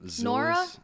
Nora